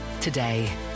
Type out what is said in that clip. today